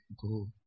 Go